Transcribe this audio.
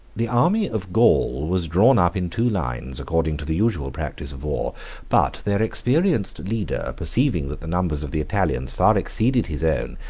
the army of gaul was drawn up in two lines, according to the usual practice of war but their experienced leader, perceiving that the numbers of the italians far exceeded his own,